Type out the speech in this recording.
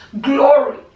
glory